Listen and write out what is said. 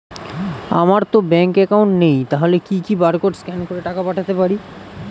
আমারতো bank account নেই তাহলে কি কি বারকোড স্ক্যান করে টাকা পাঠাতে পারি?